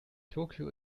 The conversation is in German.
tokio